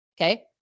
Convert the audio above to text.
okay